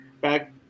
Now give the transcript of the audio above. back